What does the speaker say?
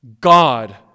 God